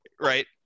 right